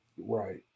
Right